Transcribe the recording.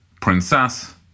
princess